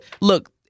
look